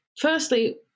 firstly